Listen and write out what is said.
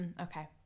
Okay